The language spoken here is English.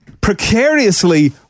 precariously